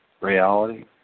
reality